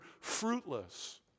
fruitless